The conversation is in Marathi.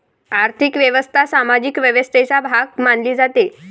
आर्थिक व्यवस्था सामाजिक व्यवस्थेचा भाग मानली जाते